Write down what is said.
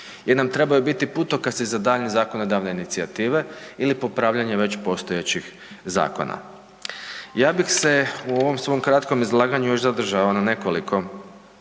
jer nam trebaju biti putokaz za daljnje zakonodavne inicijative ili popravljanje već postojećih zakona. Ja bih se u ovom svom kratkom izlaganju još zadržao na nekoliko